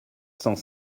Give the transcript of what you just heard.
cent